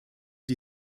die